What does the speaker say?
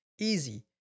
Easy